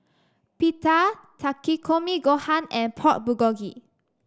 Pita Takikomi Gohan and Pork Bulgogi